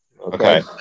okay